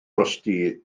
drosti